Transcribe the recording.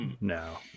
no